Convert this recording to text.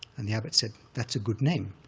and the abbot said, that's a good name.